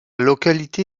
localité